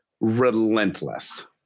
relentless